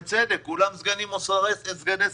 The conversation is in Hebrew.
בצדק, כולם שרים או סגני שרים.